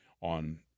on